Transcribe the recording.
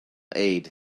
aid